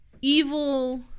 evil